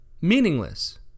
meaningless